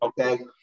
Okay